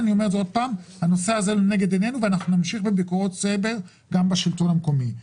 אנחנו נמשיך בביקורות סייבר גם בשלטון המקומי.